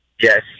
Yes